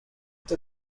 the